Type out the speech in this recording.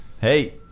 Hey